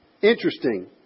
Interesting